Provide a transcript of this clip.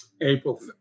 April